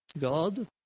God